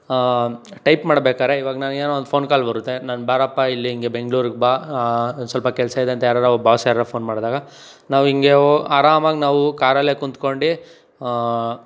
type ಮಾಡ್ಬೇಕಾದ್ರೆ ಇವಾಗ ನಾನೇನೋ ಫೋನ್ ಕಾಲ್ ಬರುತ್ತೆ ನಾನು ಬಾರಪ್ಪ ಇಲ್ಲಿ ಹೀಗೆ ಬೆಂಗಳೂರ್ಗೆ ಬಾ ಸ್ವಲ್ಪ ಕೆಲಸ ಇದೆ ಅಂತ ಯಾರರ ಬಾಸ್ ಯಾರರ ಫೋನ್ ಮಾಡಿದಾಗ ನಾವು ಹೀಗೆ ಆರಾಮಾಗಿ ನಾವು ಕಾರಲ್ಲೇ ಕುಂತ್ಕೊಂಡು